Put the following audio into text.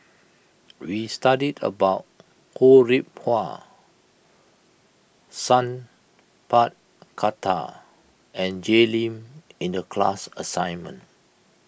we studied about Ho Rih Hwa Sat Pal Khattar and Jay Lim in the class assignment